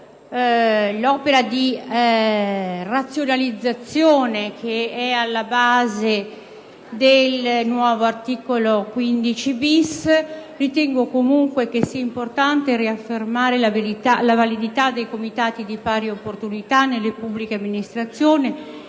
l'opera di razionalizzazione alla base del nuovo articolo 15*-bis*, ritengo comunque che sia importante riaffermare la validità e il ruolo dei comitati per le pari opportunità nelle pubbliche amministrazioni,